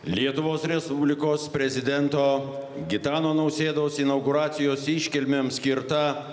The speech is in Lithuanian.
lietuvos respublikos prezidento gitano nausėdos inauguracijos iškilmėms skirta